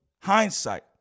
hindsight